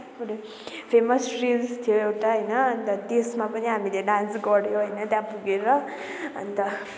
famous reels थियो एउटा होइन अन्त त्यसमा पनि हामीले डान्स गर्यो होइन त्यहाँ पुगेर अन्त